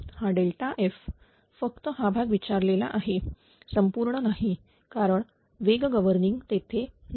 हा F फक्त हा भाग विचारलेला आहे संपूर्ण नाही कारण वेग गव्हर्निंग तेथे नाही